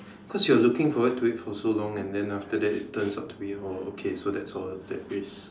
cause you are looking forward to it for so long and then after that it turns out to be oh okay so that's all there is